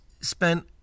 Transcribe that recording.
spent